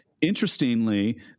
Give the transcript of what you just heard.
interestingly